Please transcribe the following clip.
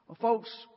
Folks